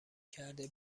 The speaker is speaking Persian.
کرده